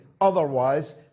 otherwise